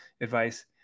advice